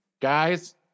Guys